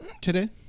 today